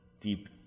deep